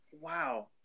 wow